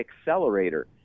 accelerator